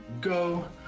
go